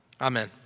Amen